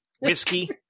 whiskey